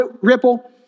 ripple